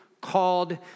called